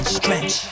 stretch